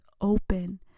open